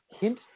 hint